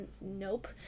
nope